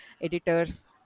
editors